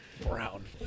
Brown